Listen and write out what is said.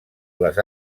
les